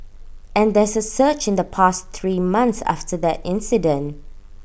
and there's A surge in the past three months after that incident